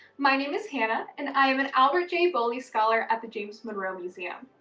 my name is hannah and i am an albert j. bowley scholar at the james monroe museum.